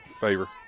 favor